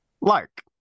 Lark